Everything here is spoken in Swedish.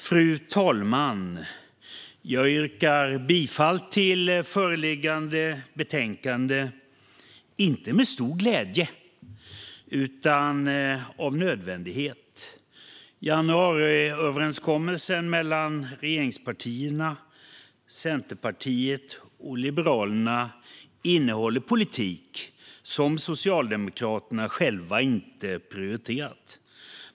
Fru talman! Jag yrkar bifall till förslaget i föreliggande betänkande, inte med stor glädje utan av nödvändighet. Januariöverenskommelsen mellan regeringspartierna, Centerpartiet och Liberalerna innehåller politik som Socialdemokraterna själva inte har prioriterat.